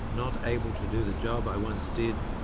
not able to do the job i once did,